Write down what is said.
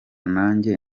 nanjye